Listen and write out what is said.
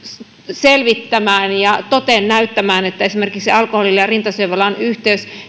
selvittämään ja toteen näyttämään että esimerkiksi alkoholilla ja rintasyövällä on yhteys